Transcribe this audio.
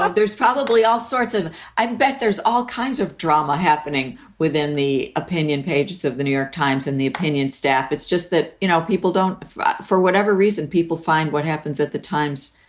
there's probably all sorts of i bet there's all kinds of drama happening within the opinion pages of the new york times and the opinion staff. it's just that, you know, people don't for but for whatever reason, people find what happens at the times.